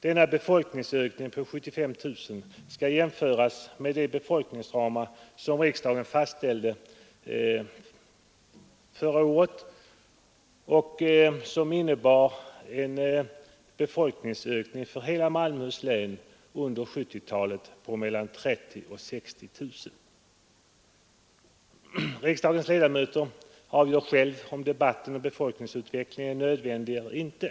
Den befolkningsökningen på 75 000 skall jämföras med de befolkningsramar som riksdagen fastställde förra året och som innebar en befolkningsökning för hela Malmöhus län under 1970-talet på mellan 30 000 och 60 000. Riksdagens ledamöter avgör själva huruvida debatten om befolkningsutvecklingen skall vara nödvändig eller inte.